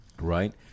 right